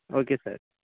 okay sir